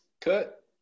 Cut